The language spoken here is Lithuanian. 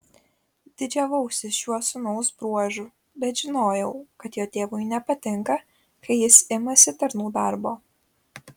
didžiavausi šiuo sūnaus bruožu bet žinojau kad jo tėvui nepatinka kai jis imasi tarnų darbo